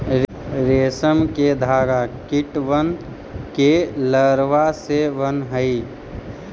रेशम के धागा कीटबन के लारवा से बन हई